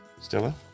Stella